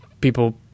people